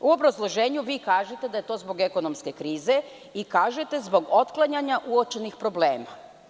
U obrazloženju vi kažete da je to zbog ekonomske krize i kažete zbog otklanjanja uočenih problema.